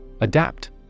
Adapt